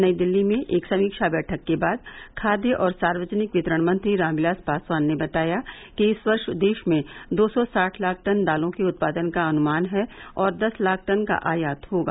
नई दिल्ली में एक समीक्षा बैठक के बाद खाद्य और सार्वजनिक वितरण मंत्री राम विलास पासवान ने बताया कि इस वर्ष देश में दो सौ साठ लाख टन दालों के उत्पादन का अनुमान है और दस लाख टन का आयात होगा